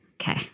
Okay